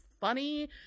funny